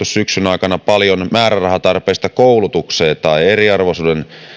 syksyn aikana paljon määrärahatarpeista koulutukseen ja eriarvoisuuden